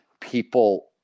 people